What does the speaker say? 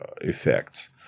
effects